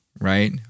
right